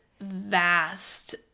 vast